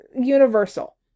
universal